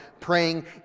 praying